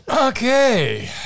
Okay